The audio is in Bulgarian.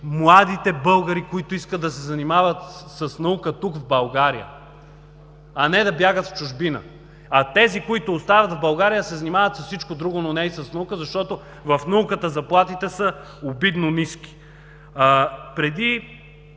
младите българи, които искат да се занимават с наука, тук в България, а не да бягат в чужбина. Тези, които остават в България, се занимават с всичко друго, но не и с наука, защото в науката заплатите са обидно ниски. Преди